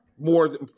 More